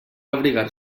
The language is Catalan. abrigar